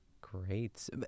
Great